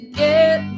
get